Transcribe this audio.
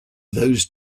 those